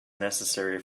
necessary